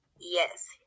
Yes